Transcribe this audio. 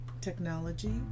technology